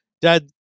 dad